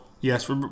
Yes